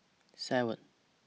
seven